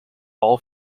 all